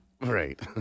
Right